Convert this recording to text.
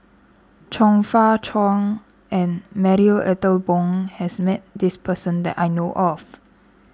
Chong Fah Cheong and Marie Ethel Bong has met this person that I know of